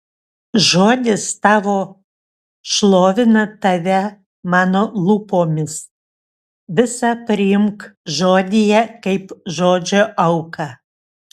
žodis tavo šlovina tave mano lūpomis visa priimk žodyje kaip žodžio auką